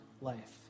life